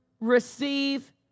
receive